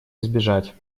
избежать